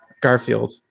Garfield